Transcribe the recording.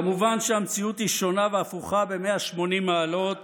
כמובן שהמציאות היא שונה והפוכה ב-180 מעלות